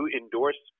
endorse